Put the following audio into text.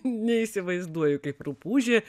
neįsivaizduoju kaip rupūžė